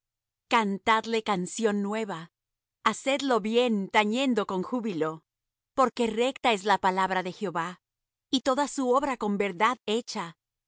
cantadle canción nueva hacedlo bien tañendo con júbilo porque recta es la palabra de jehová y toda su obra con verdad hecha